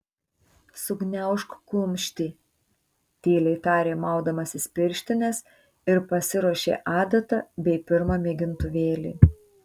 sugniaužk kumštį tyliai tarė maudamasis pirštines ir pasiruošė adatą bei pirmą mėgintuvėlį